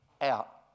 out